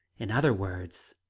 in other words,